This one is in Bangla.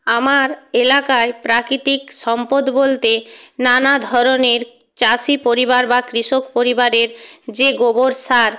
আমার এলাকায় প্রাকৃতিক সম্পদ বলতে নানা ধরনের চাষি পরিবার বা কৃষক পরিবারের যে গোবর সার